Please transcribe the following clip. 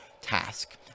task